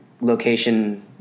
location